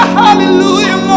hallelujah